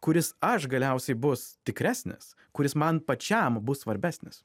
kuris aš galiausiai bus tikresnis kuris man pačiam bus svarbesnis